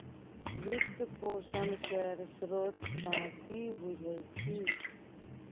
वित्त पोषण केर स्रोत सँ कि बुझै छी